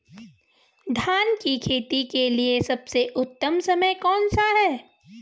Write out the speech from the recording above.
धान की खेती के लिए सबसे उत्तम समय कौनसा है?